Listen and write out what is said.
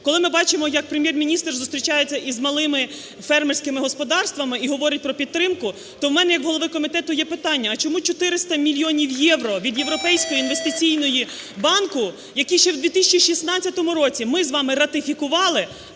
Коли ми бачимо, як Прем'єр-міністр зустрічається з малими фермерськими господарствами і говорить про підтримку, то в мене, як у голови комітету, є питання, а чому 400 мільйонів євро від Європейського інвестиційного банку, який ще у 2016 році ми з вами ратифікували,